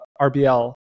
RBL